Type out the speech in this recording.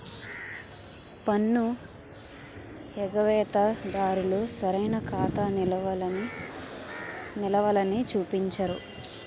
పన్ను ఎగవేత దారులు సరైన ఖాతా నిలవలని చూపించరు